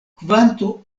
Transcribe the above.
kvanto